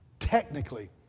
Technically